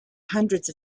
hundreds